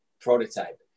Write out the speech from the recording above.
prototype